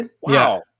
Wow